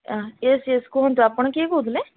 yes yes କୁହନ୍ତୁ ଆପଣ କିଏ କହୁଥିଲେ